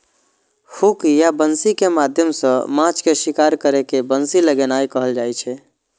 hook या बंसी के माध्यम सं माछ के शिकार करै के बंसी लगेनाय कहल जाइ छै